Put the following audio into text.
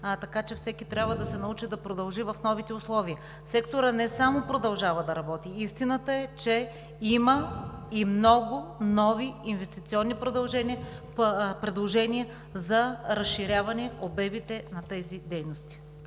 Така че всеки трябва да се научи да продължи в новите условия. Секторът не само продължава да работи – истината е, че има и много нови инвестиционни предложения за разширяване обемите на тези дейности.